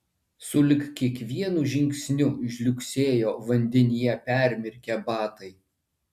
sulig kiekvienu žingsniu žliugsėjo vandenyje permirkę batai